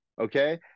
Okay